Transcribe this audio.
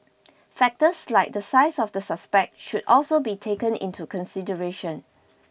factors like the size of the suspect should also be taken into consideration